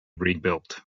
rebuilt